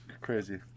Crazy